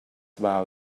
about